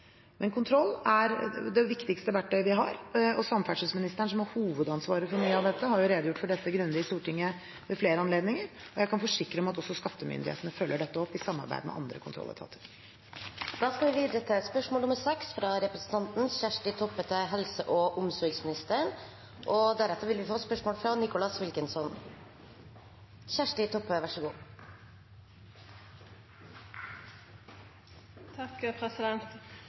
Men kontroll er det viktigste verktøyet vi har, og samferdselsministeren, som har hovedansvaret for mye av dette, har redegjort grundig for det i Stortinget ved flere anledninger, og jeg kan forsikre om at også skattemyndighetene følger dette opp i samarbeid med andre kontrolletater.